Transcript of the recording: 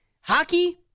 Hockey